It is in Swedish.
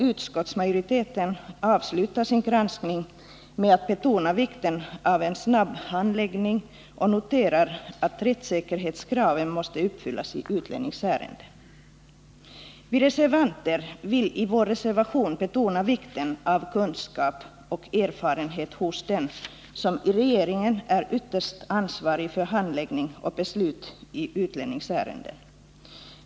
Utskottsmajoriteten avslutar sin granskning med att betona vikten av en snabb handläggning, och man noterar att rättssäkerhetskraven måste uppfyllas i utlänningsärenden. Vi reservanter vill med vår reservation betona vikten av kunskap och erfarenhet hos den som i regeringen ytterst är ansvarig för handläggning och beslut i utlänningsärenden.